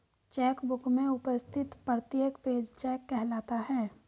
check book में उपस्थित प्रत्येक पेज चेक कहलाता है